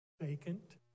vacant